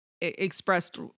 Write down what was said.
expressed